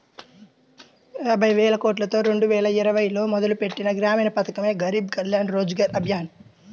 యాబైవేలకోట్లతో రెండువేల ఇరవైలో మొదలుపెట్టిన గ్రామీణ పథకమే గరీబ్ కళ్యాణ్ రోజ్గర్ అభియాన్